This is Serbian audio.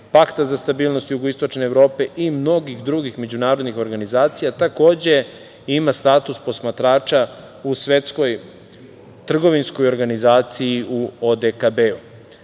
Pakta za stabilnost jugoistočne Evrope i mnogih drugih međunarodnih organizacija. Takođe, ima status posmatrača u Svetskoj trgovinskoj organizaciji u